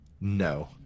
no